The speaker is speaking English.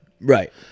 Right